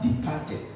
departed